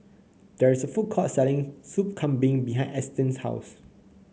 there is a food court selling Soup Kambing behind Ashtyn's house